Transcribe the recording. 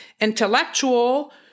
intellectual